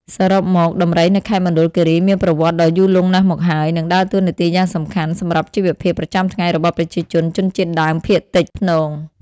សរុបមក ដំរីនៅខេត្តមណ្ឌលគិរីមានប្រវត្តិដ៏យូរលង់ណាស់មកហើយ និងដើរតួនាទីយ៉ាងសំខាន់សម្រាប់ជីវភាពប្រចាំថ្ងៃរបស់ប្រជាជនជនជាតិដើមភាគតិតភ្នង។